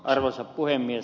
arvoisa puhemies